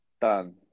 done